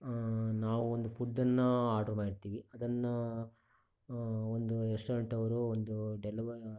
ನಾವು ಒಂದು ಫುಡ್ ಅನ್ನು ಆರ್ಡ್ರ್ ಮಾಡಿರ್ತೀವಿ ಅದನ್ನು ಒಂದು ರೆಸ್ಟೋರೆಂಟ್ ಅವರು ಒಂದು ಡೆಲಿವ